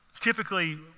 Typically